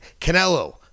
Canelo